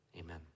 Amen